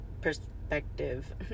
perspective